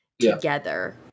together